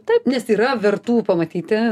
taip nes yra vertų pamatyti